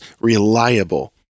reliable